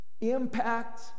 impact